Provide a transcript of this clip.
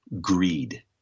greed